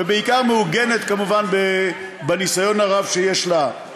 ובעיקר מעוגנת כמובן בניסיון הרב שיש לה.